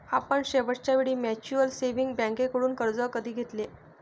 आपण शेवटच्या वेळी म्युच्युअल सेव्हिंग्ज बँकेकडून कर्ज कधी घेतले?